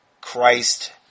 Christ